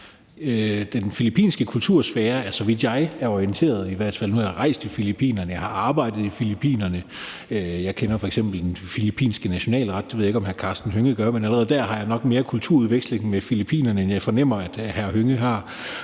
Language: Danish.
det bliver problematiseret, at det er filippinere. Nu har jeg rejst i Filippinerne, og jeg har arbejdet i Filippinerne. Jeg kender f.eks. den filippinske nationalret, det ved jeg ikke om hr. Karsten Hønge gør, men allerede der har jeg nok mere kulturudveksling med filippinerne, end jeg fornemmer hr. Karsten Hønge har.